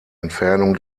entfernung